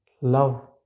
love